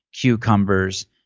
cucumbers